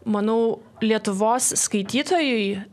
manau lietuvos skaitytojui